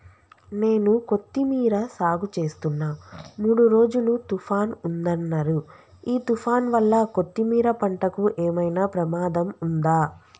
నేను కొత్తిమీర సాగుచేస్తున్న మూడు రోజులు తుఫాన్ ఉందన్నరు ఈ తుఫాన్ వల్ల కొత్తిమీర పంటకు ఏమైనా ప్రమాదం ఉందా?